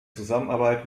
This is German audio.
zusammenarbeit